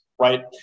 right